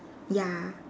ya